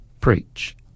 preach